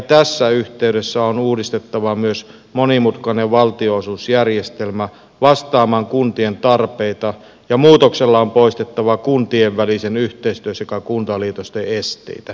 tässä yhteydessä on uudistettava myös monimutkainen valtionosuusjärjestelmä vastaamaan kuntien tarpeita ja muutoksella on poistettava kuntien välisen yhteistyön sekä kuntaliitosten esteitä